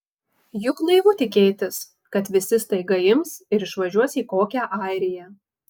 juk naivu tikėtis kad visi staiga ims ir išvažiuos į kokią airiją